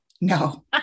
No